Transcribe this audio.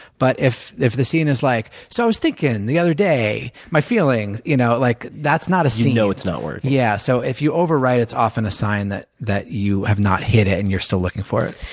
but if if the scene is like, so i was thinking, the other day, my feelings, you know like that's not a scene. you know it's not working? yeah. so if you overwrite, it's often a sign that that you have not hit it and you're still looking for it.